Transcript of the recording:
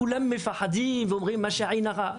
שכולם מפחדים מעין הרע.